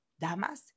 Damas